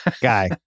guy